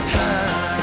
time